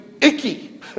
icky